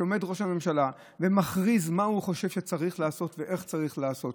שעומד ראש המשלה ומכריז מה הוא חושב שצריך לעשות ואיך צריך לעשות,